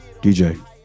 DJ